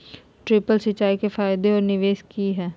Drip सिंचाई के फायदे और निवेस कि हैय?